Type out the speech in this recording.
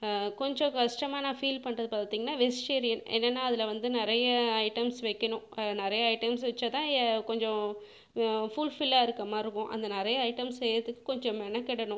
கொஞ்சம் கஷ்டமாக நான் ஃபீல் பண்ணுறது பார்த்தீங்கனா வெஜிடேரியன் என்னெனா அதில் வந்து நிறைய ஐட்டம்ஸ் வைக்கணும் நிறைய ஐட்டம்ஸ் வைத்தாதான் கொஞ்சம் ஃபுல்ஃபில்லாக இருக்க மாதிரிருக்கும் அந்த நிறைய ஐட்டம்ஸ் செய்கிறதுக்கு கொஞ்சம் மெனக்கெடணும்